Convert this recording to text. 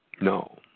No